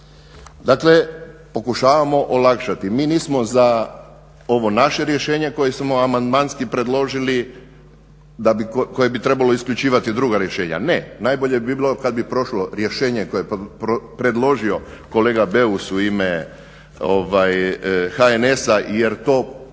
Dakle pokušavamo olakšati. Mi nismo za ovo naše rješenje koje smo amandmanski predložili koje bi trebalo isključivati druga rješenja. Ne, najbolje bi bilo kada bi prošlo rješenje koje je predložio kolega Beus u ime HNS-a jer to u bitnome